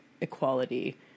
equality